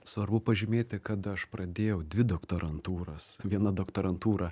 svarbu pažymėti kad aš pradėjau dvi doktorantūras viena doktorantūra